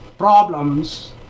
problems